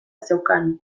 zeukan